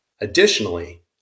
Additionally